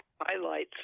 highlights